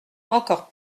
encore